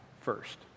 first